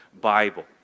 Bible